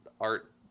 art